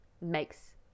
makes